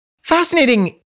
Fascinating